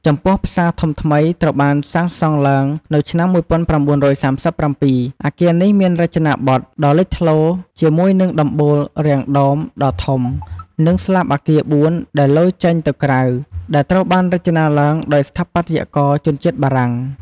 ចំពោះផ្សារធំថ្មី ត្រូវបានសាងសង់ឡើងនៅឆ្នាំ ១៩៣៧ អគារនេះមានរចនាបថ ដ៏លេចធ្លោជាមួយនឹងដំបូលរាងដោមដ៏ធំ និងស្លាបអគារបួនដែលលយចេញទៅក្រៅ ដែលត្រូវបានរចនាឡើងដោយស្ថាបត្យករជនជាតិបារាំង។